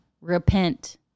repent